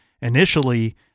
initially